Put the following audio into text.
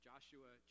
Joshua